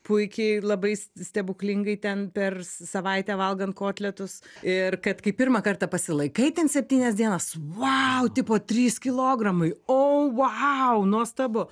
puikiai labai stebuklingai ten per savaitę valgant kotletus ir kad kai pirmą kartą pasilaikai ten septynias dienas vau tipo trys kilogramai o vau nuostabu